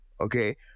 okay